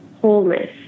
wholeness